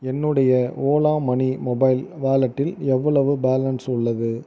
என்னுடைய Ola money mobile வாலெட்டில் எவ்வளவு பேலன்ஸ் உள்ளது